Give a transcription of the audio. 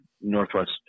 Northwest